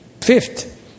Fifth